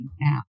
now